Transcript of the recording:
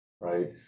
right